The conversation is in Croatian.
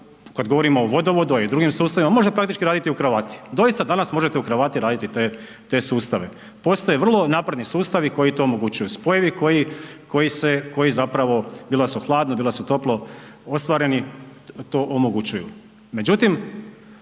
kad govorimo o vodovodu, a i drugim sustavima može praktički raditi u kravati. Doista danas možete u kravati raditi te sustave. Postoje vrlo napredni sustavi koji to omogućuju, spojevi koji se, koji zapravo, bilo da su hladno, bilo da su toplo, ostvareni, to omogućuju.